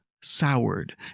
soured